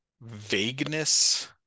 vagueness